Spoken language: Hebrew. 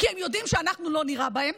כי הם יודעים שאנחנו לא נירה בהם.